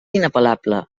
inapel·lable